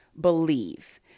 believe